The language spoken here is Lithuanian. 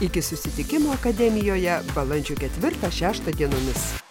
iki susitikimo akademijoje balandžio ketvirtą šeštą dienomis